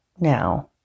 now